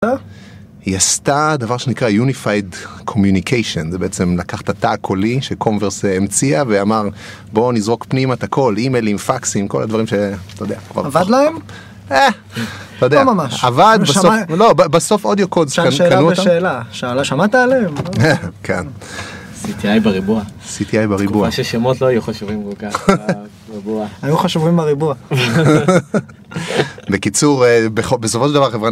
היא עשתה דבר שנקרא Unified Communication, זה בעצם לקח את התא הקולי שקומברס המציאה, ואמר בוא נזרוק פנימה את הכל, אימיילים, פאקסים, כל הדברים שאתה יודע. עבד להם? אה, לא ממש, אתה יודע, עבד, בסוף אודיוקודס קנו אותם. שאלה בשאלה, לא שמעת עליהם? כן. CTI בריבוע. CTI בריבוע. תקופה ששמות לא היו חשובים כל כך בריבוע. היו חשובים בריבוע. בקיצור, בסופו של דבר חבר'ה,